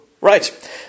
Right